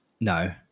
No